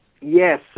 Yes